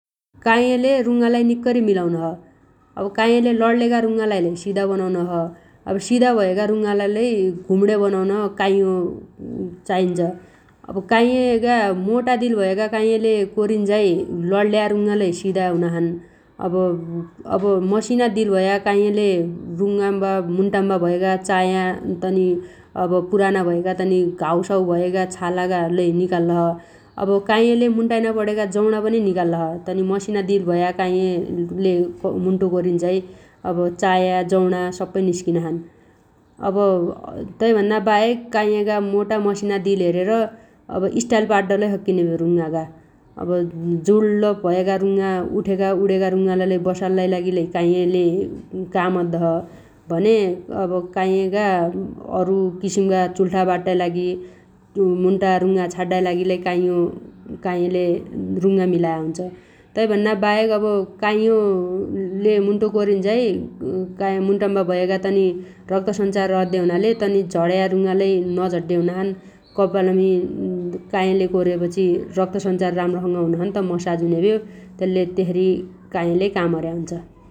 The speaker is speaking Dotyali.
काइयाले रुङ्गालाइ निक्कैरी मिलाउनोछ । अब काइयाले लण्लेगा रुङ्गालाइ लै सिधा बनाउनोछ । अब सिधा भयगा रुङ्गालाइ लै घुम्ण्या बनाउन काइयो चाइन्छ । अब काइयगा मोटा दिल भएगा काइयाले कोरिन्झाइ लण्ल्या रुङ्गा लै सिधा हुनाछन् । अब मसिना दिल भया काइयले रुङ्गाम्बा मुन्टाम्बा भएगा चाया तनि पुराना भएगा तनी घाउसाउ भएगा छालागा लै निकाल्ल छ । अब काइयले मुन्टाइना पणेगा जौणा पनि निकाल्ल छ । तनी मसिना दिल भया काइयले क_मुन्टो कोरिन्झाइ अब चाया जौणा सप्पै निस्किनाछन् । अब तैभन्नाबाहेक काइयगा मोटा मसिना दिल हेरेर अब स्टाइल पाड्डलै सक्किने भ्यो रुङ्गागा । अब जुण्ल भएगा उणेगा उठेगा रुङ्गालाइ बसाल्लाइ लागिलै काइयले काम अद्दोछ भने अब काइयगा अरु किसिमगा चुल्ठा बाट्टाइ लागि मुन्टा रुङ्गा छाड्डाइ लागि लै काइयो काइयाले रुङ्गा मिलाय हुन्छ । तैभन्नाबाहेक अब काइयोले मुन्टो कोरिन्झाइ मुन्टाम्बा भयागा तनी रक्तरञ्चार अद्दे हुनाले तनी झण्या रुङ्गालै नझड्डे हुनाछन् । कपालमी काइयाले कोरेपछि रक्तसञ्चार राम्रोसँग हुनोछैन्त मसाज हुनेभ्यो । तेल्ले त्यसरी काइयाले काम अर्या हुन्छ ।